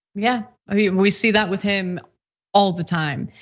yeah, i mean we see that with him all the time.